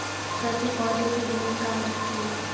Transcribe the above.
प्रति पौधे के दूरी का होला?